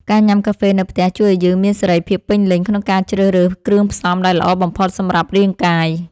ការញ៉ាំកាហ្វេនៅផ្ទះជួយឱ្យយើងមានសេរីភាពពេញលេញក្នុងការជ្រើសរើសគ្រឿងផ្សំដែលល្អបំផុតសម្រាប់រាងកាយ។